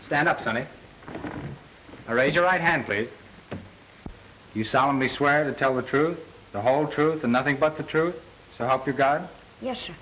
stand up sonny raise your right hand plate you solidly swear to tell the truth the whole truth and nothing but the truth so help you god yes